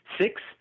six